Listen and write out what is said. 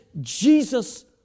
Jesus